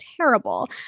terrible